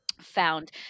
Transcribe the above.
found